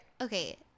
okay